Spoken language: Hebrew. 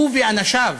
הוא ואנשיו,